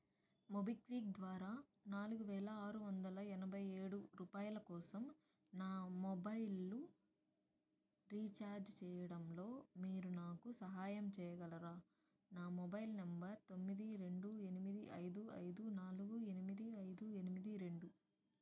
MobiKwik ద్వారా నాలుగు వేల ఆరు వందల ఎనభై ఏడు రూపాయల కోసం నా మొబైల్ను రీఛార్జ్ చేయడంలో మీరు నాకు సహాయం చేయగలరా నా మొబైల్ నెంబర్ తొమ్మిది రెండు ఎనిమిది ఐదు ఐదు నాలుగు ఎనిమిది ఐదు ఎనిమిది రెండు